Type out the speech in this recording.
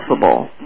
possible